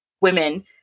women